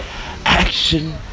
Action